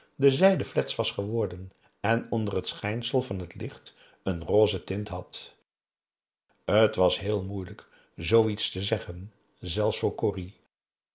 de zijde flets was geworden en onder t schijnsel van het licht een rosse tint had t was heel moeilijk zoo iets te zeggen zelfs voor corrie